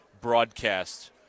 broadcast